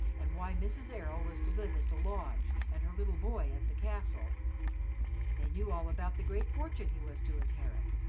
and why mrs. errol was to live at the lodge and her little boy at the castle they knew all about the great fortune he was to inherit,